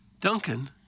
Duncan